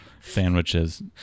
sandwiches